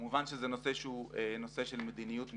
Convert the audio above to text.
כמובן שזה נושא של מדיניות מובהק,